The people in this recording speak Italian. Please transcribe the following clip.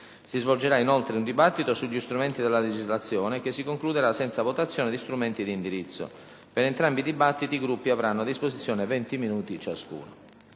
Si svolgerà inoltre un dibattito sugli strumenti della legislazione, che si concluderà senza votazione di strumenti di indirizzo. Per entrambi i dibattiti i Gruppi avranno a disposizione 20 minuti ciascuno.